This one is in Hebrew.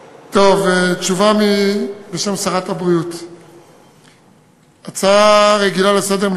תשובה בשם שרת הבריאות על הצעה רגילה לסדר-יום,